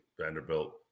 Vanderbilt